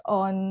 on